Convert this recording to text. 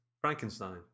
frankenstein